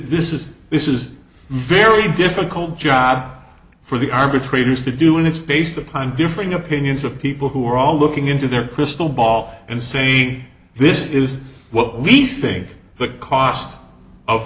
this is this is very difficult job for the arbitrators to do and it's based upon differing opinions of people who are all looking into their crystal ball and say this is what we think the cost of